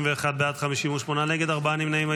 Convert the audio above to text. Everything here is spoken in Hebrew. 51 בעד, 58 נגד, ארבעה נמנעים.